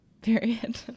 Period